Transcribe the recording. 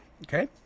Okay